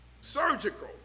Surgical